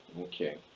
okay